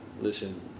listen